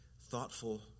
thoughtful